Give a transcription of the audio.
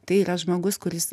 tai yra žmogus kuris